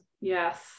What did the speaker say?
Yes